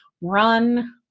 run